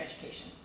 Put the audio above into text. education